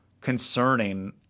concerning